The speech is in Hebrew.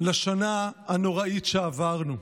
לשנה הנוראית שעברנו.